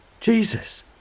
Jesus